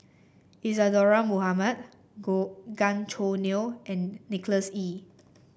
Isadhora Mohamed Gan Choo Neo and Nicholas Ee